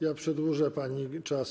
Ja przedłużę pani czas.